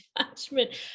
judgment